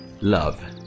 love